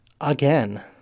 again